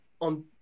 on